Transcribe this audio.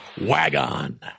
Wagon